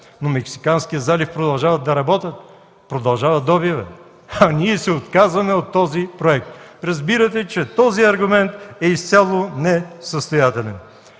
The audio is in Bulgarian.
в Мексиканския залив продължават да работят! Продължава добивът, а ние се отказваме от този проект?! Разбирате, че този аргумент е изцяло несъстоятелен.